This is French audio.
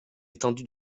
étendue